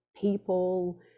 people